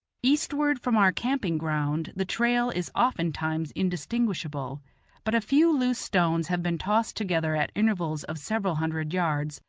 eastward from our camping-ground the trail is oftentimes indistinguishable but a few loose stones have been tossed together at intervals of several hundred yards,